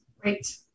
Great